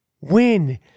win